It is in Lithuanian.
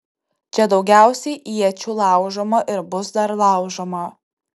čia daugiausiai iečių laužoma ir bus dar laužoma